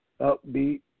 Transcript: upbeat